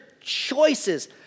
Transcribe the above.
choices